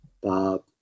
Bob